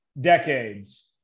decades